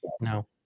no